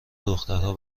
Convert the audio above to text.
دخترها